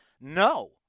no